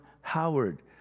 Howard